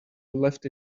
left